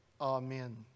Amen